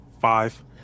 five